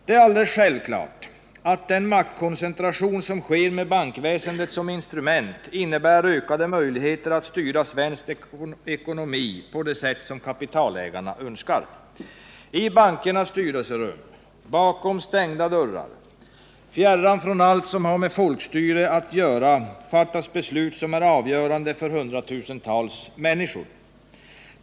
Det är alldeles självklart att den maktkoncentration som sker med bankväsendet som instrument innebär ökade möjligheter att styra svensk ekonomi på det sätt som kapitalägarna önskar. I bankernas styrelserum, bakom stängda dörrar, fjärran från allt som har med folkstyre att göra, fattas beslut som är avgörande för hundratusentals människor.